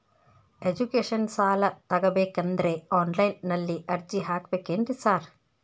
Education ಸಾಲ ತಗಬೇಕಂದ್ರೆ online ನಲ್ಲಿ ಅರ್ಜಿ ಹಾಕ್ಬೇಕೇನ್ರಿ ಸಾರ್?